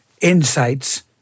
insights